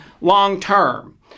long-term